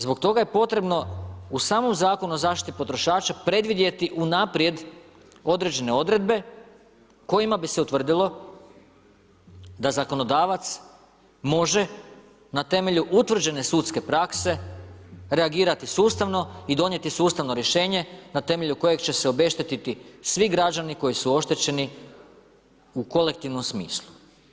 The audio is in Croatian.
Zbog toga je potrebno u samom Zakonu o zaštiti potrošača predvidjeti unaprijed određene odredbe kojima bi se utvrdilo da zakonodavac može na temelju utvrđene sudske praske reagirati sustavno i donijeti sustavno rješenje na temelju kojeg će se obeštetiti svi građani koji su oštećeni u kolektivnom smislu.